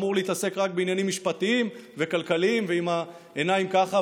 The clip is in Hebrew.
אמור להתעסק רק בעניינים משפטיים וכלכליים ועם העיניים ככה,